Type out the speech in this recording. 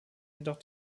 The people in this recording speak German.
jedoch